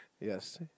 Yes